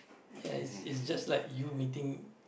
ya it's it's just like you meeting